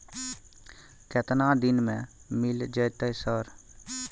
केतना दिन में मिल जयते सर?